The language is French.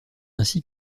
ainsi